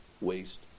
waste